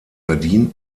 verdient